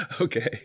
Okay